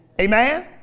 Amen